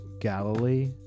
Galilee